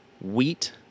wheat